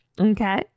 Okay